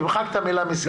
תמחק את המילה "מסכנים".